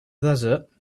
desert